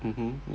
mmhmm